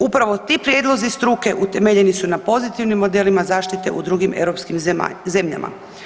Upravo ti prijedlozi struke utemeljeni su na pozitivnim modelima zaštite u drugim europskim zemljama.